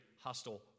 hostile